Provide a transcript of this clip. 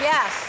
Yes